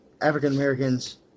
African-Americans –